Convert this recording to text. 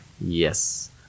Yes